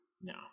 No